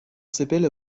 sibylle